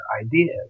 idea